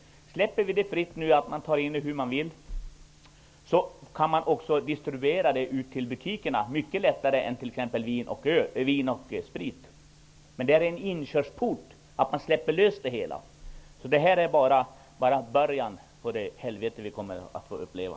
Släpper vi det fritt nu så att man kan ta in det hur man vill kan det också mycket lättare distribueras till butikerna än t.ex. vin och sprit. Det är en inkörsport till att man släpper lös det hela. Det här är bara början på det helvete vi kommer att få uppleva!